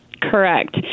Correct